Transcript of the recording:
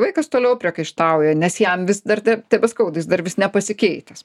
vaikas toliau priekaištauja nes jam vis dar tebeskauda jis dar vis nepasikeitęs